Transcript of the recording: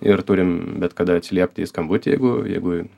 ir turim bet kada atsiliepti į skambutį jeigu jeigu